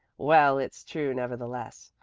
well, it's true nevertheless.